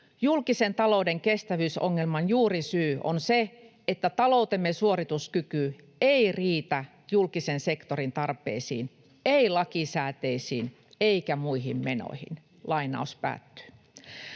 "Julkisen talouden kestävyysongelman juurisyy on se, että taloutemme suorituskyky ei riitä julkisen sektorin tarpeisiin, ei lakisääteisiin eikä muihin menoihin." Pohdin, mitä